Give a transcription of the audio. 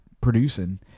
producing